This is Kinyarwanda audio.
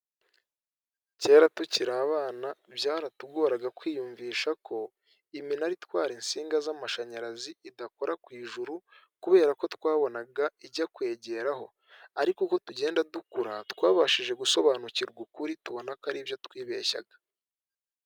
Kera tukiri abana byaratugoraga kwiyumvisha ko iminara itwara insinga z'amashanyarazi idakora ku ijuru kubera ko twabonaga ijya kwegeraho ariko uko tugenda dukura twabashije gusobanukirwa ukuri tubona ko ari ibyo twibeshyaga.